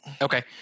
Okay